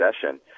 session